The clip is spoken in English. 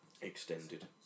extended